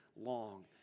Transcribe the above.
long